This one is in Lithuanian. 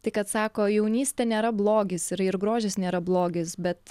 tai kad sako jaunystė nėra blogis ir ir grožis nėra blogis bet